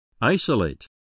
Isolate